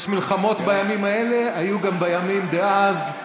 יש מלחמות בימים האלה, היו גם בימים דאז.